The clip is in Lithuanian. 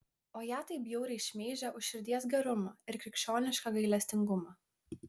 o ją taip bjauriai šmeižia už širdies gerumą ir krikščionišką gailestingumą